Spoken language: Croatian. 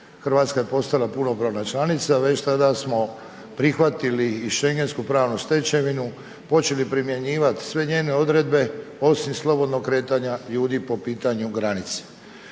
Hrvatska je postala punopravna članica već tada smo prihvatili i Schengensku pravnu stečevinu, počeli primjenjivat sve njene odredbe osim slobodnog kretanja ljudi po pitanju granice.